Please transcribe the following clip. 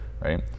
right